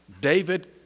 David